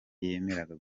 yemera